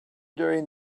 during